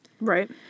Right